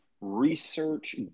research